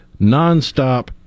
nonstop